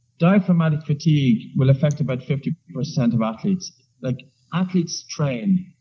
diaphragmatic fatigue will affect about fifty percent of athletes. like athletes train,